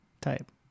type